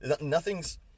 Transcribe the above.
nothing's